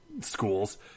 schools